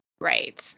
Right